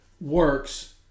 works